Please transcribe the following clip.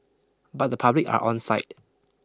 but the public are on side